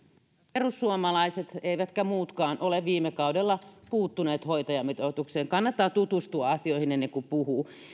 perussuomalaiset eivätkä muutkaan ole viime kaudella puuttuneet hoitajamitoitukseen kannattaa tutustua asioihin ennen kuin puhuu